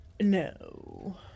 No